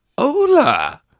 hola